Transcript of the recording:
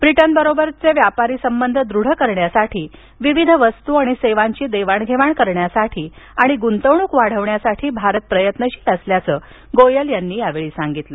ब्रिटनबरोबरील व्यापारी संबंध दृढ करण्यासाठी विविध वस्तू आणि सेवांची देवाणघेवाण करण्यासाठी आणि गुंतवणूक वाढवण्यासाठी भारत प्रयत्नशील असल्याचं गोयल यांनी यावेळी सांगितलं